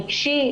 רגשי.